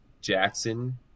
Jackson